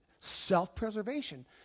self-preservation